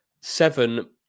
Seven